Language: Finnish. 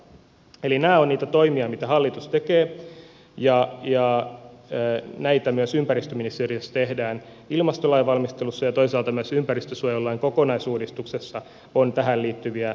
eli nämä ovat niitä toimia mitä hallitus tekee ja näitä myös ympäristöministeriössä tehdään ilmastolain valmistelussa ja toisaalta myös ympäristönsuojelulain kokonaisuudistuksessa on tähän liittyviä elementtejä